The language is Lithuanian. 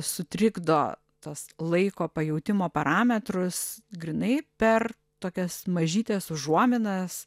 sutrikdo tuos laiko pajautimo parametrus grynai per tokias mažytes užuominas